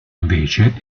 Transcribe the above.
invece